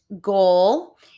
goal